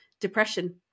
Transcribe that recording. depression